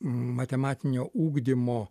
matematinio ugdymo